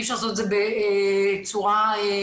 אי-אפשר לעשות את זה בצורה גורפת.